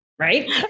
Right